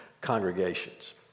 congregations